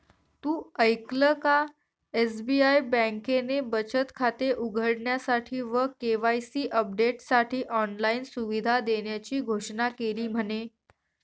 तु ऐकल का? एस.बी.आई बँकेने बचत खाते उघडण्यासाठी व के.वाई.सी अपडेटसाठी ऑनलाइन सुविधा देण्याची घोषणा केली म्हने